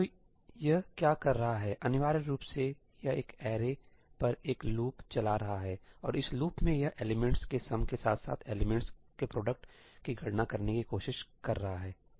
तो यह क्या कर रहा है अनिवार्य रूप से यह एक अरे पर एक लूप चला रहा है और इस लूप में यह एलिमेंट्स के सम के साथ साथ एलिमेंट्सके प्रोडक्ट की गणना करने की कोशिश कर रहा है सही